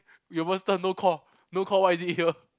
we almost turn no call no call why is it here